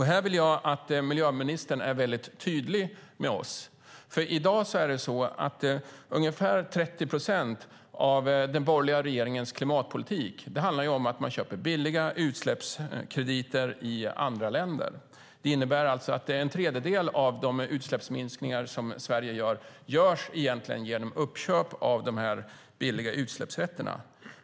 Här vill jag att miljöministern är tydlig mot oss. I dag handlar ungefär 30 procent av den borgerliga regeringens klimatpolitik om att köpa billiga utsläppskrediter i andra länder. Det innebär alltså att en tredjedel av de utsläppsminskningar som Sverige gör egentligen görs genom uppköp av de billiga utsläppsrätterna.